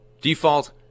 Default